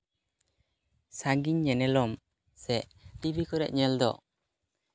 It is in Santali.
ᱥᱟᱺᱜᱤᱧ ᱧᱮᱱᱮᱞᱚᱢ ᱥᱮ ᱴᱤᱵᱷᱤ ᱠᱚᱨᱮᱜ ᱧᱮᱞ ᱫᱚ